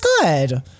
good